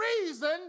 reason